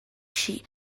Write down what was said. she